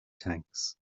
tanks